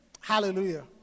Hallelujah